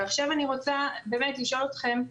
ועכשיו אני רוצה באמת לשאול אתכם,